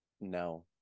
No